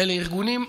אלה ארגונים אלימים,